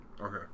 Okay